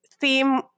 theme